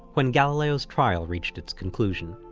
when galileo's trial reached its conclusion.